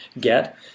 get